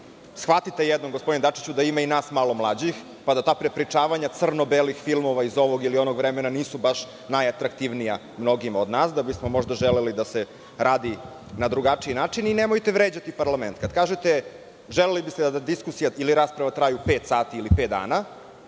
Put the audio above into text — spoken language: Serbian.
Shvatite jednom gospodine Dačiću, da ima i nas malo mlađih, pa da ta prepričavanja crno belih filmova iz ovog ili onog vremena nisu baš najatraktivnija mnogima od nas, da bismo možda želeli da se radi na drugačiji način. Nemojte vređati parlament kada kažete – želeli biste da diskusija ili rasprave traje pet sati ili pet dana.